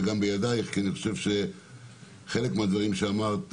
וגם בידייך כי אני חושב שחלק מהדברים שאמרת,